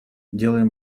делаем